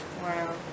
Wow